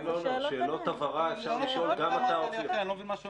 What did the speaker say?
שאלות הבהרה אפשר לשאול.